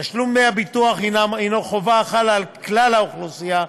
תשלום דמי הביטוח הוא חובה החלה על כלל האוכלוסייה,